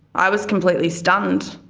i was completely stunned.